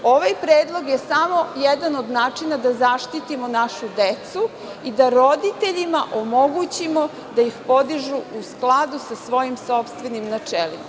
Ovaj predlog je samo jedan od načina da zaštitimo našu decu i da roditeljima omogućimo da ih podižu u skladu sa svojim sopstvenim načelima.